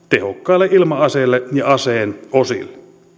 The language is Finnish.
tehokkaille ilma aseille ja aseen osille